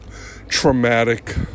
traumatic